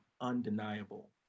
undeniable